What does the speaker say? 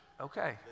Okay